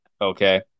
Okay